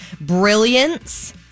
brilliance